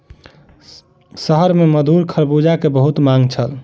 शहर में मधुर खरबूजा के बहुत मांग छल